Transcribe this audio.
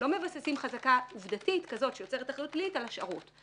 לא מבססים חזקה עובדתית כזאת שיוצרת אחריות פלילית על השערות.